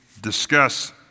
discuss